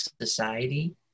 society